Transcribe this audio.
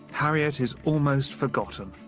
harriot is almost forgotten,